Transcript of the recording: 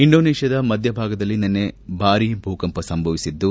ಇಂಡೋನೇಷ್ಯಾದ ಮಧ್ಯಭಾಗದಲ್ಲಿ ನಿನ್ನೆ ಭಾರೀ ಭೂಕಂಪ ಸಂಭವಿಸಿದ್ದು